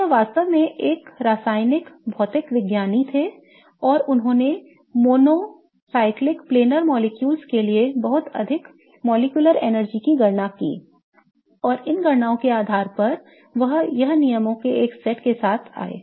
तो वह वास्तव में एक रासायनिक भौतिक विज्ञानी थे और उन्होंने mono cyclic planar molecules के लिए बहुत अधिक molecular energy की गणना की और इन गणनाओं के आधार पर वह नियमों के एक सेट के साथ आए